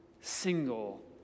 single